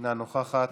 אינה נוכחת.